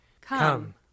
Come